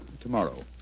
tomorrow